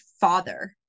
father